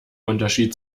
unterschied